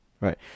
Right